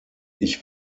ich